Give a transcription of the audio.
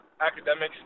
academics